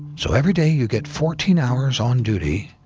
so every day you get fourteen hours on duty.